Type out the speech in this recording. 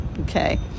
Okay